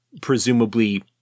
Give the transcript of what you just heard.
presumably